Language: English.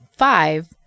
Five